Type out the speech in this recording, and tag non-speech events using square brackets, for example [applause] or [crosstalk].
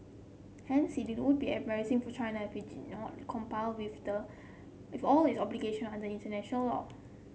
hence it would be embarrassing for China if it did not [unintelligible] with the with all of its obligation under international law